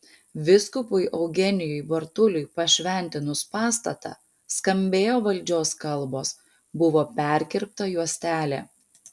vyskupui eugenijui bartuliui pašventinus pastatą skambėjo valdžios kalbos buvo perkirpta juostelė